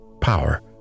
Power